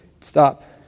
Stop